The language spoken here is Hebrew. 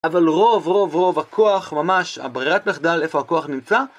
אבל רוב, רוב, רוב, הכוח ממש, הברירת מחדל, איפה הכוח נמצא.